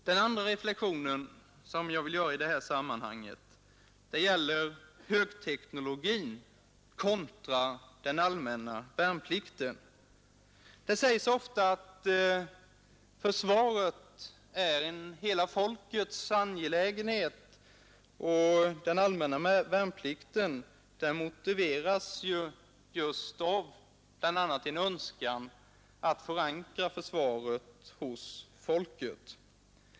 Den andra reflexionen gäller högteknologin kontra den allmänna Nr 92 värnplikten. Det sägs ofta att det militära försvaret är hela folkets Måndagen den angelägenhet. Den allmänna värnplikten motiveras bl.a. just av en önskan 29 maj 1972 att förankra försvaret hos folket.